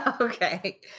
Okay